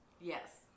Yes